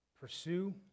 Pursue